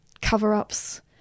cover-ups